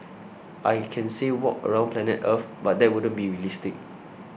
I can say walk around planet Earth but that wouldn't be realistic